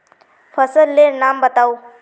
फसल लेर नाम बाताउ?